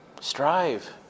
strive